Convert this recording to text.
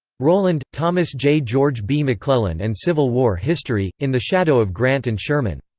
rowland, thomas j. george b. mcclellan and civil war history in the shadow of grant and sherman.